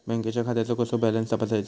बँकेच्या खात्याचो कसो बॅलन्स तपासायचो?